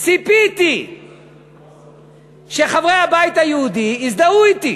ציפיתי שחברי הבית היהודי יזדהו אתי.